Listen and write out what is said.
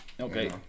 Okay